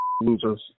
losers